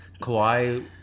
Kawhi